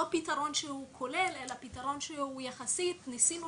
לא פתרון כולל אלא פתרון שהוא יחסי, ניסינו